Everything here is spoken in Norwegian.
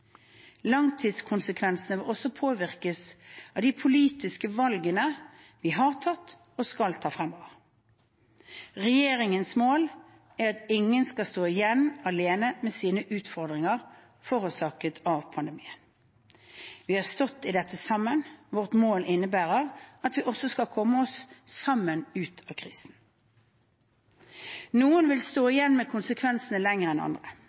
Langtidskonsekvensene vil også påvirkes av de politiske valgene vi har tatt og skal ta fremover. Regjeringens mål er at ingen skal stå igjen alene med sine utfordringer forårsaket av pandemien. Vi har stått i dette sammen. Vårt mål innebærer at vi også skal komme oss sammen ut av krisen. Noen vil stå igjen med konsekvensene lenger enn andre.